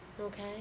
Okay